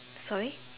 sorry